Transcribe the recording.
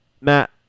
Matt